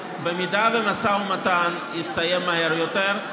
אם המשא ומתן יסתיים מהר יותר,